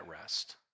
rest